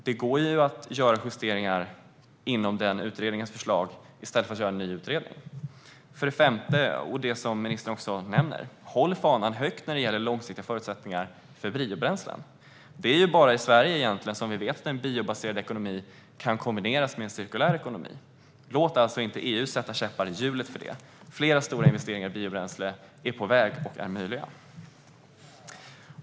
Det går att göra justeringar inom utredningens förslag i stället för att göra en ny utredning. Håll fanan högt för långsiktiga förutsättningar för biobränslen! Detta nämner ju även ministern. Det är egentligen bara vi i Sverige som vet att en biobaserad ekonomi kan kombineras med en cirkulär ekonomi. Låt inte EU sätta käppar i hjulet för detta! Flera stora investeringar i biobränsle är på väg och är möjliga.